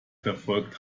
verfolgt